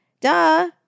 duh